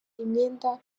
imyenda